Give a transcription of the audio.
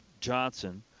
Johnson